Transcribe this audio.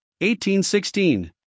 1816